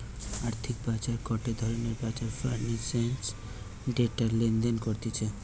আর্থিক বাজার গটে ধরণের বাজার ফিন্যান্সের ডেটা লেনদেন করতিছে